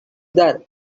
there